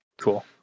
Cool